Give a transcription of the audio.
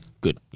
Good